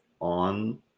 on